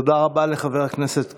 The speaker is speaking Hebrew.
תודה רבה לחבר הכנסת קרעי.